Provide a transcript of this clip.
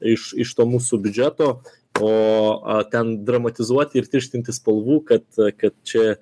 iš iš to mūsų biudžeto o a ten dramatizuot ir tirštinti spalvų kad kad čia